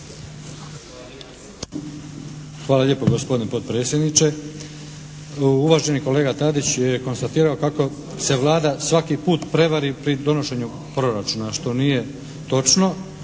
Hvala lijepo gospodine potpredsjedniče. Uvaženi kolega Tadić je konstatirao kako se Vlada svaki put prevari pri donošenju proračuna, što nije točno.